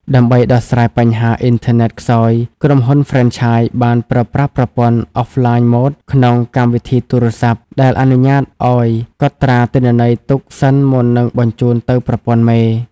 ដើម្បីដោះស្រាយបញ្ហា "អ៊ីនធឺណិតខ្សោយ" ក្រុមហ៊ុនហ្វ្រេនឆាយបានប្រើប្រាស់ប្រព័ន្ធ Offline Mode ក្នុងកម្មវិធីទូរស័ព្ទ ដែលអនុញ្ញាតឱ្យកត់ត្រាទិន្នន័យទុកសិនមុននឹងបញ្ជូនទៅប្រព័ន្ធមេ។